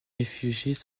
réfugiés